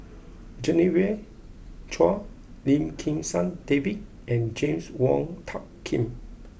Genevieve Chua Lim Kim San David and James Wong Tuck Yim